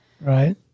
Right